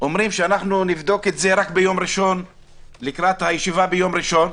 אומרים שנבדוק את זה רק לקראת הישיבה ביום ראשון?